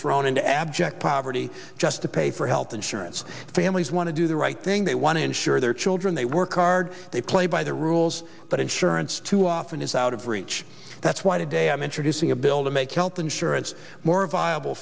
thrown into abject poverty just to pay for health insurance families want to do the right thing they want to insure their children they work hard they play by the rules but insurance too often is out of reach that's why today i'm introducing a bill to make health insurance more viable